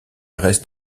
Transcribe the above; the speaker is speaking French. reste